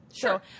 Sure